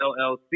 LLC